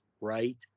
Right